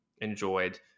enjoyed